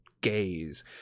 gaze